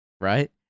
right